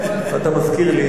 אתה מזכיר לי.